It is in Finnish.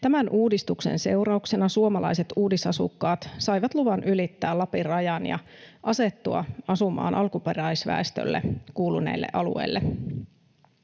Tämän uudistuksen seurauksena suomalaiset uudisasukkaat saivat luvan ylittää Lapin rajan ja asettua asumaan alkuperäisväestölle kuuluneelle alueelle.